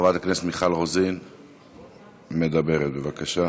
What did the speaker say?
חברת הכנסת מיכל רוזין, מדברת, בבקשה.